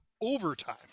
overtime